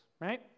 right